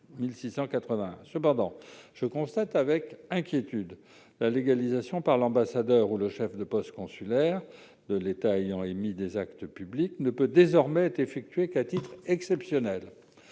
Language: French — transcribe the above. Cependant, je constate avec inquiétude que la légalisation par l'ambassadeur ou le chef de poste consulaire de l'État ayant émis les actes publics ne peut désormais être effectuée qu'à titre exceptionnel.